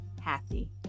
happy